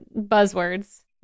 buzzwords